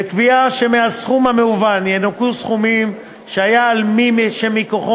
בקביעה שמהסכום המהוון ינוכו סכומים שהיה על מי שמכוחו